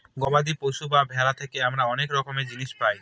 গবাদি পশু বা ভেড়া থেকে আমরা অনেক রকমের জিনিস পায়